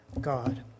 God